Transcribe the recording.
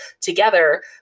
together